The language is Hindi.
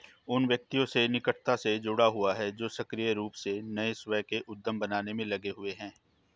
उन व्यक्तियों से निकटता से जुड़ा हुआ है जो सक्रिय रूप से नए स्वयं के उद्यम बनाने में लगे हुए हैं